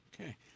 Okay